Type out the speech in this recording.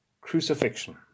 crucifixion